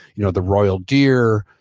you know the royal deer,